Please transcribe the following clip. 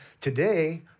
today